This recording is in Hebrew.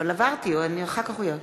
אברהם נגוסה,